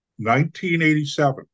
1987